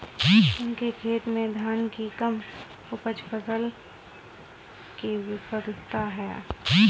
उसके खेत में धान की कम उपज फसल की विफलता है